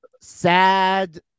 sad